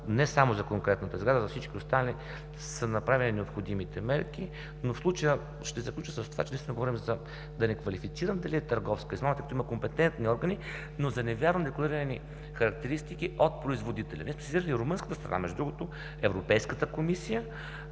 не само за конкретната сграда, а за всички останали са направени необходимите мерки. В случая ще заключа с това, че наистина говорим, за да не квалифицирам дали е търговска измама, тъй като има компетентни органи, но за невярно декларирани характеристики от производителя. Нека сезират и румънската страна. Между другото Европейската комисия,